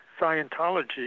Scientology